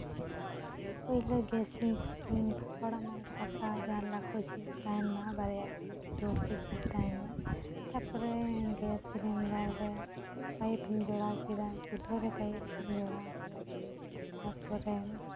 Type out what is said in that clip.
ᱯᱳᱭᱞᱳ ᱜᱮᱥᱤᱧ ᱯᱷᱟᱠᱟ ᱚᱲᱟᱜ ᱢᱟᱱᱮ ᱯᱷᱟᱠᱟ ᱡᱟᱱᱟᱞᱟ ᱠᱚ ᱡᱷᱤᱡ ᱛᱟᱦᱮᱱᱢᱟ ᱵᱟᱨᱭᱟ ᱜᱟᱱ ᱫᱩᱣᱟᱹᱨ ᱠᱚ ᱡᱷᱤᱡ ᱛᱟᱦᱮᱱᱢᱟ ᱛᱟᱯᱚᱨᱮ ᱜᱮᱥ ᱥᱤᱞᱤᱱᱰᱟᱨ ᱨᱮ ᱯᱟᱭᱤᱯ ᱮᱢ ᱡᱚᱲᱟᱣ ᱠᱮᱫᱟ ᱪᱩᱞᱦᱟᱹ ᱨᱮ ᱯᱟᱭᱤᱯ ᱮᱢ ᱡᱚᱲᱟᱣ ᱠᱮᱫᱟ ᱛᱟᱯᱚᱨᱮᱢ